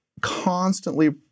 constantly